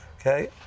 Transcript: okay